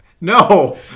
No